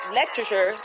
lecturer